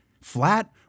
Flat